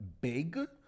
big